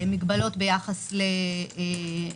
מגבלות ביחס למקום,